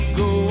go